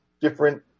different